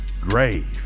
grave